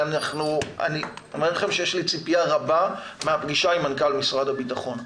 אני אומר לכם שיש לי ציפייה רבה מהפגישה עם מנכ"ל משרד הביטחון.